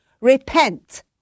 Repent